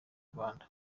rwanda